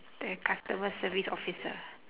the customer service officer